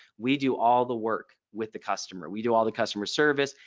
we do all the work with the customer. we do all the customer service.